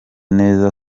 neza